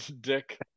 dick